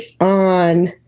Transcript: on